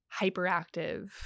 hyperactive